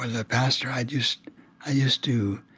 a pastor, i just i used to